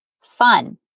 fun